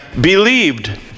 believed